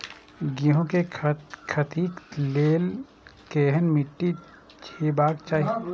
गेहूं के खेतीक लेल केहन मीट्टी हेबाक चाही?